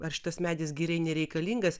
ar šitas medis giriai nereikalingas